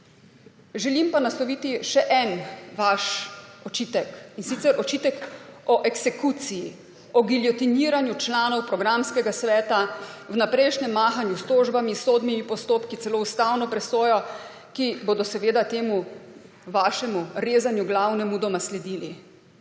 Želim pa nasloviti še en vaš očitek, in sicer očitek o eksekuciji, o giljotiniranju članov programskega sveta, vnaprejšnjem mahanju s tožbami, sodnimi postopki, celo ustavno presojo, ki bodo seveda temu vašemu rezanju glav nemudoma sledili,